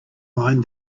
mind